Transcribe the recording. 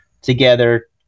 together